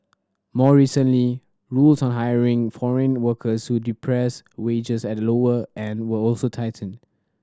more recently rules on hiring foreign workers who depress wages at the lower end were also tightened